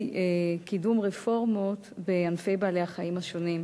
קידום רפורמות בענפי בעלי-החיים השונים.